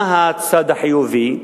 מה הצד החיובי?